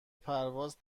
پرواز